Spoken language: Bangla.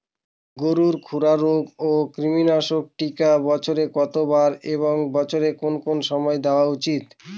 গরুর খুরা রোগ ও কৃমিনাশক টিকা বছরে কতবার এবং বছরের কোন কোন সময় দেওয়া উচিৎ?